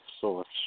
source